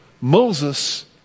Moses